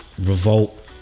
Revolt